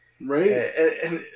Right